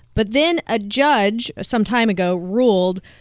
but then a judge some time ago ruled,